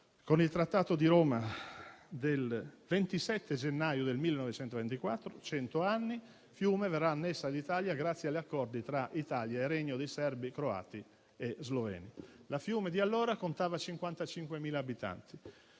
con il Trattato di Roma del 27 gennaio del 1924 - cento anni - Fiume verrà annessa all'Italia grazie agli accordi tra Italia e Regno dei serbi, croati e sloveni. La Fiume di allora contava 55.000 abitanti,